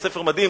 ספר מדהים,